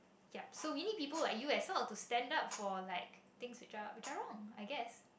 yup so we need people like you as well to stand up for like things which are which are wrong I guess